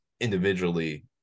individually